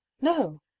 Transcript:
No